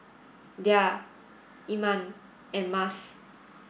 Dhia Iman and Mas